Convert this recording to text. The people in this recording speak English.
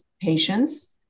patients